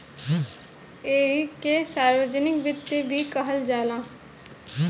ऐइके सार्वजनिक वित्त भी कहल जाला